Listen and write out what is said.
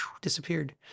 disappeared